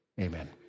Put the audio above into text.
Amen